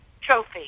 trophy